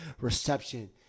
reception